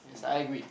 yes I agree